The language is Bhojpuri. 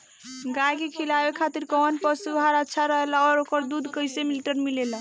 गाय के खिलावे खातिर काउन पशु आहार अच्छा रहेला और ओकर दुध कइसे लीटर मिलेला?